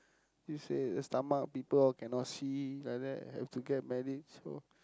you say the stomach people all cannot see like that have to get married so